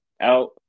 out